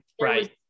right